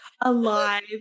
alive